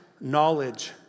knowledge